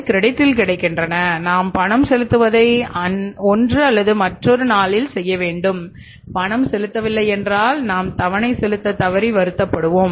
கிரெடிட்டில் கிடைக்கின்றனநாம் பணம் செலுத்துவதை ஒன்று அல்லது மற்றொரு நாளில் செய்ய வேண்டும் பணம் செலுத்தவில்லை என்றால் நாம் தவணை செலுத்த தவறி வருத்தப்படுவோம்